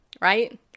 right